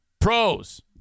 Pros